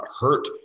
hurt